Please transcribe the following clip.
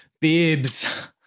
Bibs